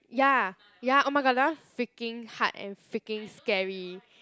ya ya oh-my-god that one freaking hard and freaking scary